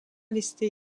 listés